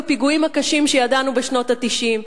בפיגועים הקשים שידענו בשנות ה-90.